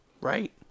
Right